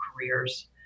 careers